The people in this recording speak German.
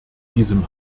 diesem